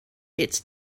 its